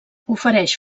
ofereix